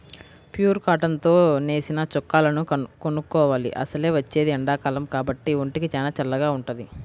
pure cotton తో నేసిన చొక్కాలను కొనుక్కోవాలి, అసలే వచ్చేది ఎండాకాలం కాబట్టి ఒంటికి చానా చల్లగా వుంటది